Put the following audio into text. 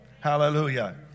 Hallelujah